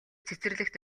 цэцэрлэгт